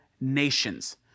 nations